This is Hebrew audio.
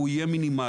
הוא יהיה מינימלי.